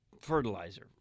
fertilizer